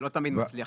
זה לא תמיד מצליח,